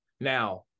Now